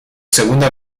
segunda